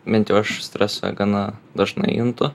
bent jau aš stresą gana dažnai juntu